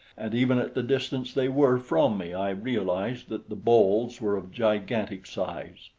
and even at the distance they were from me i realized that the boles were of gigantic size.